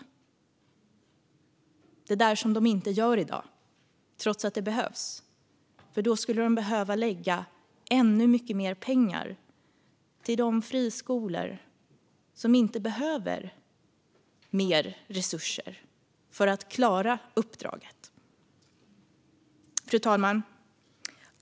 Det är det där som de inte gör i dag, trots att det behövs, för då skulle de behöva lägga ännu mycket mer pengar till de friskolor som inte behöver mer resurser för att klara uppdraget. Fru talman!